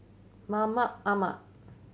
Mahmud Ahmad